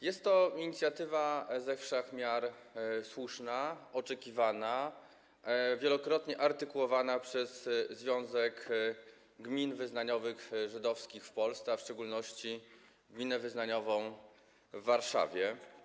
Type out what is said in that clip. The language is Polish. Jest to inicjatywa ze wszech miar słuszna, oczekiwana, wielokrotnie artykułowana przez Związek Gmin Wyznaniowych Żydowskich w Polsce, a w szczególności gminę wyznaniową w Warszawie.